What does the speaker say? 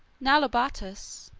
naulobatus,